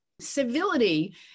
civility